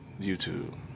YouTube